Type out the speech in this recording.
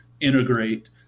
integrate